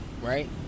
right